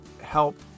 help